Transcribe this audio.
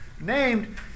Named